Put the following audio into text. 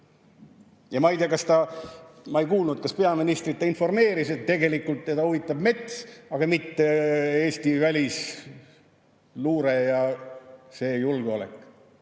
Ja ma ei tea, ma ei ole kuulnud, kas ta peaministrit informeeris, et tegelikult teda huvitab mets, mitte Eesti välisluure ja julgeolek.